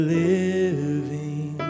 living